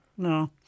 No